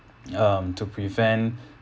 um to prevent